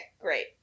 great